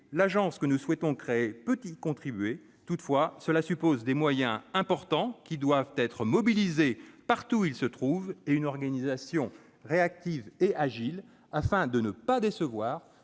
l'agence que nous souhaitons créer peut y contribuer. Cela suppose toutefois des moyens importants, qui doivent être mobilisés partout où ils se trouvent, et une organisation réactive et agile, afin de ne pas décevoir